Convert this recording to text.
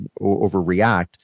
overreact